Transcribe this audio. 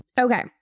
Okay